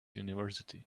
university